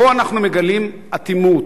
פה אנחנו מגלים אטימות,